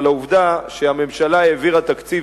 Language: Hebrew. אבל העובדה שהממשלה העבירה תקציב